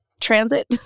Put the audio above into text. Transit